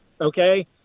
Okay